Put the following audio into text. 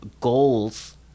goals